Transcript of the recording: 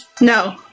No